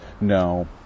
No